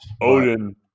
Odin